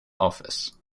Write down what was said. office